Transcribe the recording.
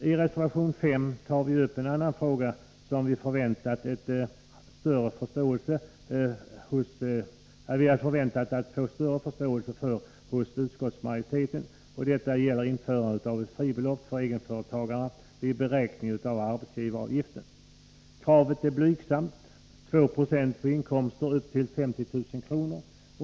I reservation 5 tar vi upp en annan fråga, där vi hade förväntat oss att möta större förståelse hos utskottsmajoriteten. Det gäller införande av ett fribelopp för egenföretagare vid beräkningen av arbetsgivaravgiften. Kravet är blygsamt — 2 96 på inkomster upp till 50 000 kr.